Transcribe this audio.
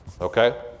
Okay